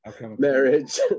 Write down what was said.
marriage